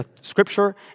scripture